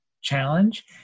challenge